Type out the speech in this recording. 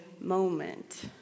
moment